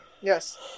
yes